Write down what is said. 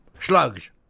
Slugs